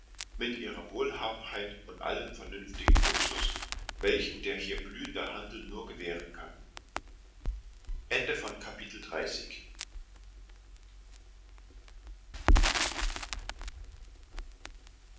mit der wohlhabenheit und allem vernünftigen luxus welchen der hier blühende handel nur gewähren kann